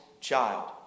child